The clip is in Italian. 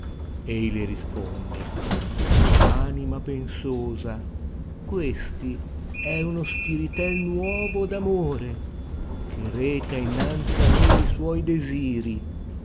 ei le risponde o anima pensosa questi è uno spirìliel nuovo d'amore che reca innanai a me li suoi desiri